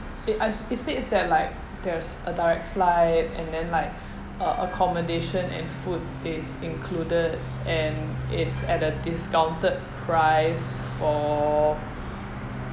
it I s~ it states that like there's a direct flight and then like uh accommodation and food is included and it's at a discounted price for